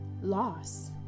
loss